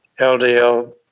LDL